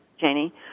Janie